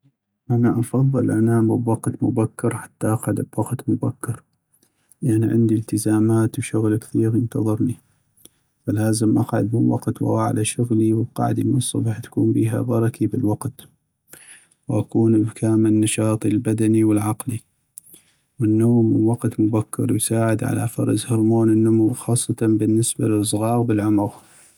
انا أفضل انام بوقت مبكر حتى اقعد بوقت مبكر ، لأن عندي التزامات وشغل كثيغ ينتظرني ، فلازم اقعد من وقت واغوح على شغلي ، والقعدي من الصبح تكون بيها بركي بالوقت ، واكون بكامل نشاطي البدني والعقلي ، والنوم من وقت مبكر يساعد على فرز هرمون النمو وخاصة بالنسبة للصغاغ بالعمغ.